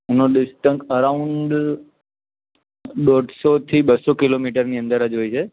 એનો distance around દોઢસોથી બસો કિલોમીટરની અંદર જ હોય છે